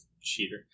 cheater